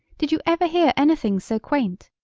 did you ever hear anything so quaint?